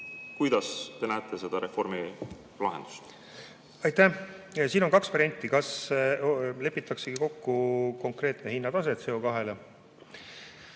Kuidas te näete seda reformi lahendust? Aitäh! Siin on kaks varianti. Kas lepitaksegi kokku konkreetne hinnatase CO2‑le.